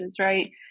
right